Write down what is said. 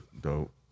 dope